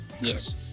yes